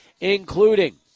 including